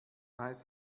heißt